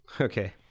Okay